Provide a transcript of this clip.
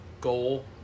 goal